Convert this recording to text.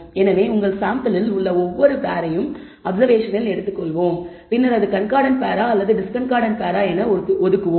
எனவே உங்கள் மாதிரியில் உள்ள ஒவ்வொரு பேரையும் அப்சர்வேஷனில் எடுத்துக்கொள்கிறோம் பின்னர் அது கண்கார்டன்ட் பேரா அல்லது டிஸ்கார்டன்ட் பேரா என்று ஒதுக்குகிறோம்